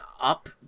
up